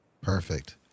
Perfect